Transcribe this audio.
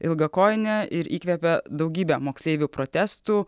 ilgakojine ir įkvepia daugybę moksleivių protestų